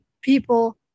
people